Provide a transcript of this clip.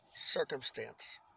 circumstance